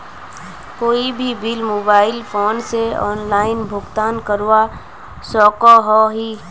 कोई भी bill mobile phone से ऑनलाइन भुगतान करवा सकोहो ही?